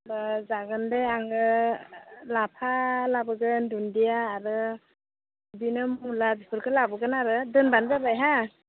दे जागोन दे आङो लाफा लाबोगोन दुनदिया आरो बिदिनो मुला बिगुरखौ लाबोगोन आरो दोनबानो जाबाय हा